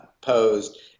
posed